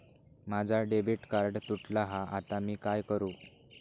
माझा debit card तुटला हा आता मी काय करू?